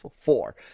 four